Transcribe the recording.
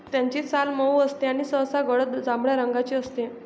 त्याची साल मऊ असते आणि सहसा गडद जांभळ्या रंगाची असते